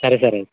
సరే సార్